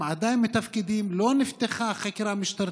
הם עדיין מתפקדים, לא נפתחה חקירה משטרתית,